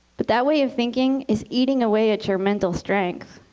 but that way of thinking is eating away at your mental strength.